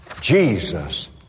Jesus